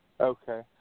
Okay